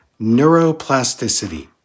neuroplasticity